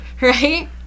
Right